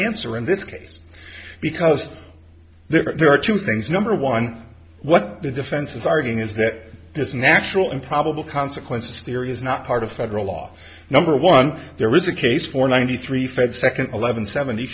answer in this case because there are two things number one what the defense is arguing is that this natural and probable consequences theory is not part of federal law number one there was a case for ninety three for the second eleven seventy